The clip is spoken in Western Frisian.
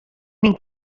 myn